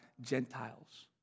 Gentiles